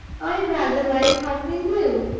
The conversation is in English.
i rather like hustling you.